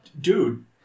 dude